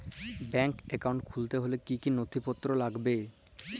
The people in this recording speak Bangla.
ব্যাঙ্ক একাউন্ট খুলতে হলে কি কি নথিপত্র লাগবে?